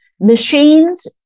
Machines